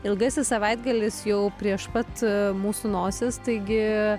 ilgasis savaitgalis jau prieš pat mūsų nosis taigi